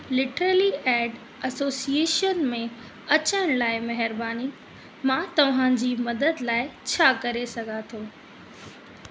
literally aid association में अचण लाइ महिरबानी मां तव्हां जी मदद लाइ छा करे सघां थो